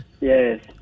yes